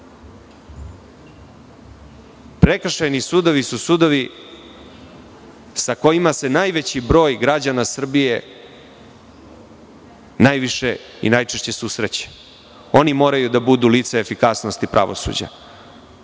urađeno. Prekršajni sudovi su sudovi sa kojima se najveći broj građana Srbije najviše i najčešće susreće. Ona moraju da budu lica efikasnosti pravosuđa.